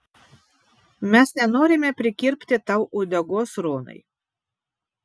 mes nenorime prikirpti tau uodegos ronai